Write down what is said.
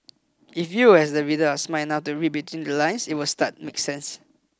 if you as the reader are smart enough to read between the lines it would start make sense